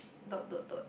dot dot dot